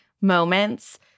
moments